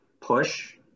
push